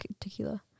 tequila